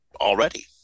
already